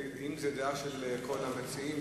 אם זו דעה של כל המציעים,